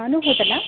ಅನು ಹೋಟೆಲ್ಲಾ